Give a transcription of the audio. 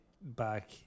back